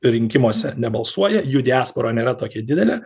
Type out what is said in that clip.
rinkimuose nebalsuoja jų diaspora nėra tokia didelė